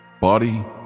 Body